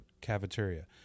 cafeteria